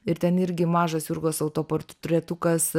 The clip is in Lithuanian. ir ten irgi mažas jurgos autoportretukas